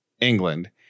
England